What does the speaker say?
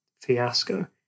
fiasco